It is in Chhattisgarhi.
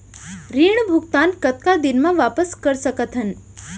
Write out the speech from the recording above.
ऋण भुगतान कतका दिन म वापस कर सकथन?